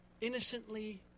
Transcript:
innocently